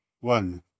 one